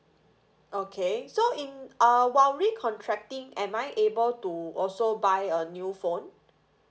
okay so in uh while recontracting am I able to also buy a new phone